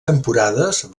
temporades